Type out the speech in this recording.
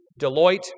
Deloitte